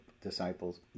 disciples